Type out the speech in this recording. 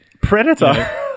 Predator